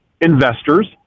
investors